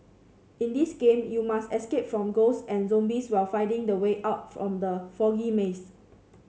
in this game you must escape from ghosts and zombies while finding the way out from the foggy maze